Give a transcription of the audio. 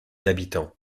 habitants